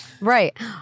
Right